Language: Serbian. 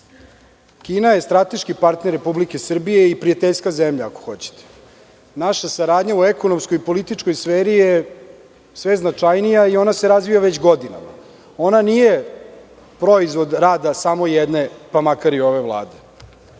Kina je strateški partner Republike Srbije i prijateljska zemlja ako hoćete. Naša saradnja u ekonomskoj i političkoj sferi je sve značajnija i ona se razvija već godinama. Ona nije proizvod rada samo jedne, pa makar i ove Vlade.